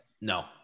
No